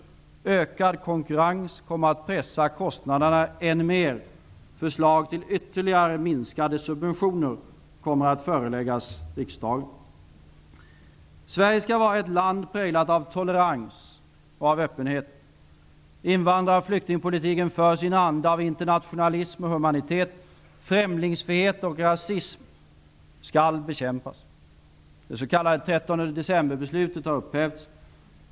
Ökad konkurrens kommer att pressa kostnaderna än mer. Förslag till ytterligare minskade subventioner kommer att föreläggas riksdagen. Sverige skall vara ett land präglat av tolerans och öppenhet. Invandrar och flyktingpolitiken förs i en anda av internationalism och humanitet. Främlingsfientlighet och rasism skall bekämpas.